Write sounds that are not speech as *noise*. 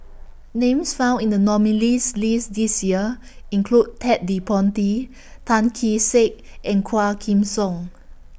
Names found in The nominees' *unintelligible* list This Year include Ted De Ponti Tan Kee Sek and Quah Kim Song